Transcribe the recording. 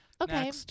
Okay